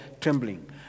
trembling